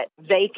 vacant